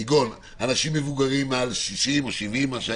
כגון אנשים מבוגרים מעל 60 או 70 --- אם